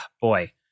boy